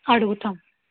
అడుగుతాం